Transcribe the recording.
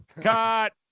Cut